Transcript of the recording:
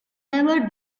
never